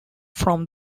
from